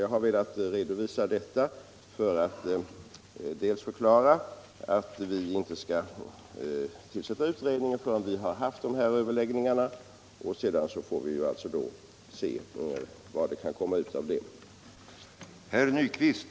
Jag har velat redovisa detta för att förklara att utredningen inte bör tillsättas förrän vi haft dessa överläggningar, och sedan får vi se vad som kan komma ut av det.